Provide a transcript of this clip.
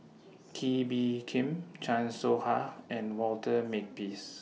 Kee Bee Khim Chan Soh Ha and Walter Makepeace